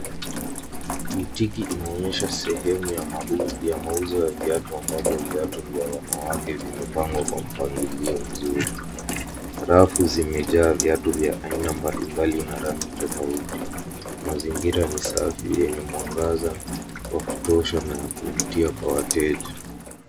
Botiki inaonyesha sehemu ya mauzo ya viatu ambapo viatu vya wanawake vimepangwa kwa mpangilio mzuri. Rafu zimejaa viatu vya aina mbalimbali na rangi tofauti. Mazingira ni safi yenye mwangaza wa kutosha na kuvutia kwa wateja.